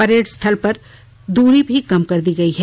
parade स्थल की दूरी भी कम कर दी गई है